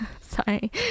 Sorry